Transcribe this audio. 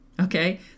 Okay